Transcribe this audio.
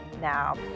now